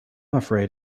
afraid